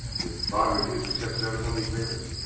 did bard refuse to accept service on these papers?